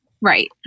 Right